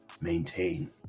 maintain